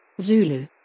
Zulu